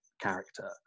character